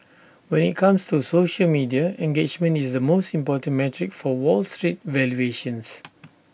when IT comes to social media engagement is the most important metric for wall street valuations